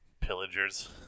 Pillagers